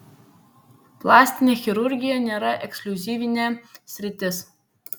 plastinė chirurgija nėra ekskliuzyvinė sritis